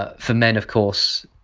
ah for men, of course,